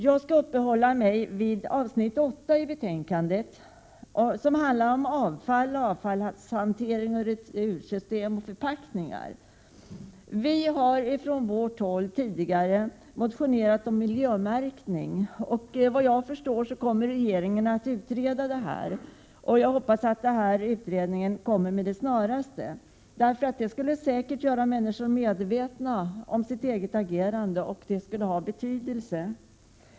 Jag skall uppehålla mig vid avsnitt 8 i betänkandet, som handlar om avfall, avfallshantering, retursystem och förpackningar. Vi moderater har tidigare motionerat om miljömärkning. Såvitt jag förstår kommer regeringen att utreda dessa frågor. Jag hoppas att det sker så snart som möjligt. Det skulle säkert bidra till att göra människor medvetna om sitt eget agerande, vilket skulle vara av betydelse.